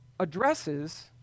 addresses